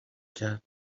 کرد